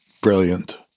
Brilliant